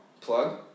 Plug